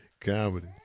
Comedy